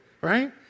right